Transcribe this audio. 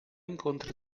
incontri